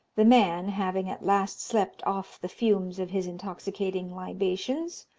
the man, having at last slept off the fumes of his intoxicating libations,